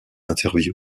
interview